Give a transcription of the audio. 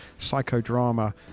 psychodrama